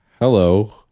hello